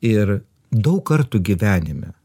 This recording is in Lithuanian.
ir daug kartų gyvenime